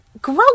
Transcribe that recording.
grow